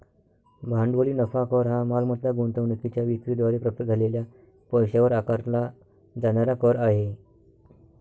भांडवली नफा कर हा मालमत्ता गुंतवणूकीच्या विक्री द्वारे प्राप्त झालेल्या पैशावर आकारला जाणारा कर आहे